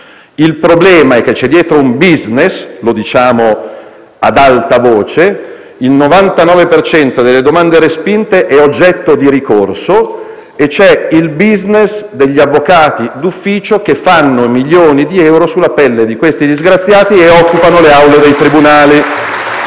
Il problema è che dietro c'è un *business* e lo diciamo ad alta voce: il 99 per cento delle domande respinte è oggetto di ricorso e c'è il *business* degli avvocati d'ufficio, che fanno milioni di euro sulla pelle di questi disgraziati e occupano le aule dei tribunali.